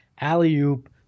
alley-oop